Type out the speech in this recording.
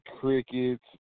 crickets